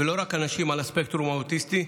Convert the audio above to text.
ולא רק אנשים על הספקטרום האוטיסטי,